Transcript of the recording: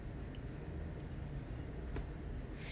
um